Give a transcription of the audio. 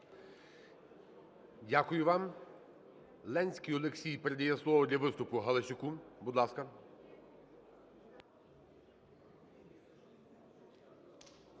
Дякую вам.